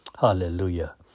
Hallelujah